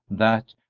that,